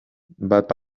bat